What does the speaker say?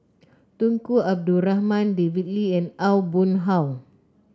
Tunku Abdul Rahman David Lee and Aw Boon Haw